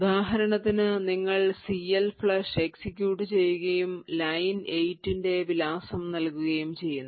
ഉദാഹരണത്തിന് നിങ്ങൾ CLFLUSH execute ചെയ്യുകയും line 8 ന്റെ വിലാസം നൽകുകയും ചെയ്യുന്നു